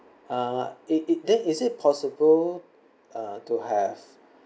uh it it then is it possible uh to have